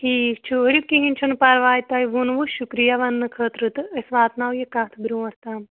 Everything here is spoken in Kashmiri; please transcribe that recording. ٹھیٖک چھُ ؤلِو کِہیٖنۍ چھُنہٕ پَرواے تۄہہِ ووٚنوُ شُکریہ وَننہٕ خٲطرٕ تہٕ أسۍ واتناو یہِ کَتھ برٛونٛٹھ تام